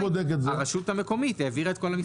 הרשות המקומית העבירה את כל המסמכים.